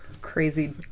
Crazy